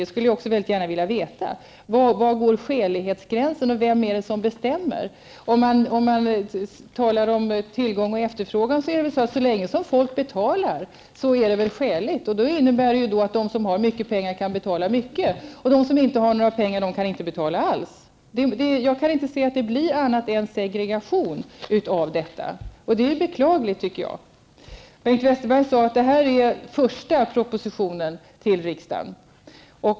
Vi skulle gärna vilja veta det. Var går skälighetsgränsen? Vem är den som bestämmer? Om man talar om tillgång och efterfrågan är det ju så att så länge folk betalar är det skäligt. Det innebär att de som har mycket pengar kan betala mycket medan de som inte har några pengar inte kan betala alls. Jag kan inte se annat än att det ger segregation. Det är beklagligt. Bengt Westerberg säger att det här är den första propositionen till riksdagen.